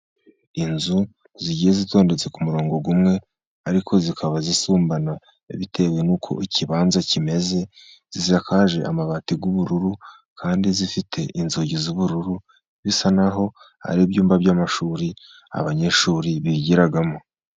Inzu zigeye zitondetse ku murongo umwe, ariko zikaba zisumbana bitewe n'uko ikibanza kimeze. Zisakaje amabati y'ubururu, kandi zifite inzugi z'ubururu. Bisa n'aho hari ibyumba by'amashuri abanyeshuri bigiramo.